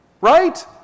Right